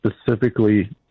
specifically